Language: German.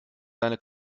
seine